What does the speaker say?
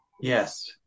Yes